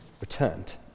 returned